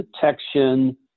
detection